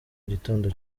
gitondo